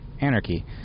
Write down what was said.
anarchy